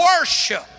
worship